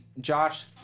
Josh